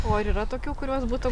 o ar yra tokių kuriuos būtų